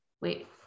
Wait